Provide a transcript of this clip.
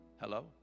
Hello